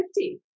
50